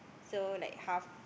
so like half